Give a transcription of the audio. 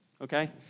Okay